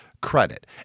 credit